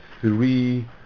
three